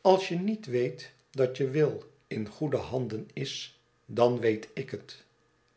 als je niet weet dat je will in goede handen is dan weet ik het